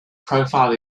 profile